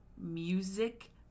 music